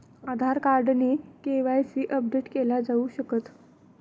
आधार card ने KYC update केल जाऊ शकत